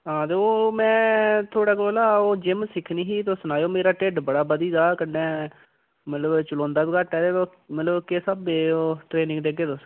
हां ते ओह् में थोहाड़े कोला ओह् जिम सिखनी ही तुस सनाए ओ मेरा ढि'ड्ड बड़ा बद्धी दा कन्नै मतलब चलोदां बी घट्ट ऐ ते मतलब किस स्हाबै ओह् ट्रेनिंग देग्गे ओ तुस